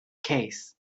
case